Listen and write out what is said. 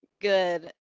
good